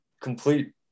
complete